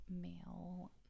male